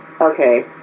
Okay